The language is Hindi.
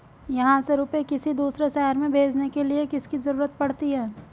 यहाँ से रुपये किसी दूसरे शहर में भेजने के लिए किसकी जरूरत पड़ती है?